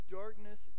darkness